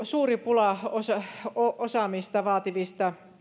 suuri pula osaamista vaativien